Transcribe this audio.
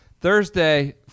Thursday